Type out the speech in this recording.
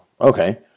Okay